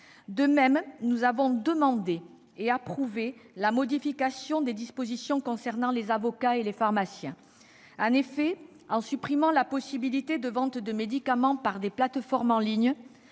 De même, nous avons demandé et approuvé la modification des dispositions concernant les avocats et les pharmaciens. En effet, en supprimant la possibilité de vente de médicaments par des plateformes en ligne